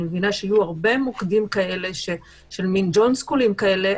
אני מבינה שיהיו הרבה מוקדים כאלה של מין "ג'ון סקולים" כאלה,